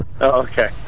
Okay